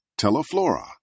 Teleflora